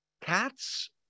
Cats